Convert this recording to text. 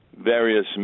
various